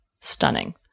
Stunning